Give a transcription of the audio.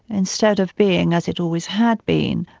instead of being as it always had been,